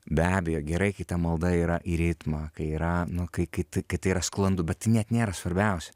be abejo gerai kai ta malda yra į ritmą kai yra nu kai kai kai tai yra sklandu bet net nėra svarbiausia